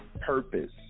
Purpose